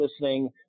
listening –